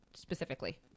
specifically